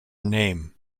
name